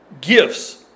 gifts